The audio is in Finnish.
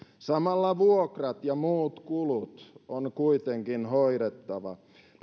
samalla vuokrat ja muut kulut on kuitenkin hoidettava